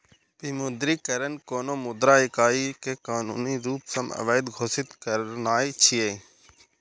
विमुद्रीकरण कोनो मुद्रा इकाइ कें कानूनी रूप सं अवैध घोषित करनाय छियै